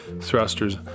thrusters